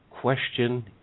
question